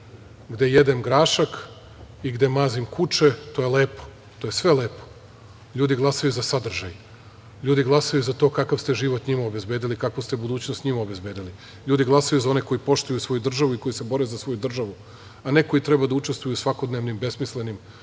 gde jedem grašak i gde mazim kuče, to je lepo, to je sve lepo, ljudi glasaju za sadržaj, ljudi glasaju za to kakav ste život njima obezbedili, kakvu ste budućnost njima obezbedili, ljudi glasaju za one koji poštuju svoju državu i koji se bore za svoju državu, a ne koji treba da učestvuju u svakodnevnim, besmislenim